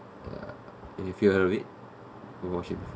uh have you heard of it or watch it before